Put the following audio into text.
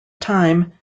time